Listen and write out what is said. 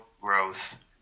growth